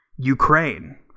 Ukraine